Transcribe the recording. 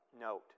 note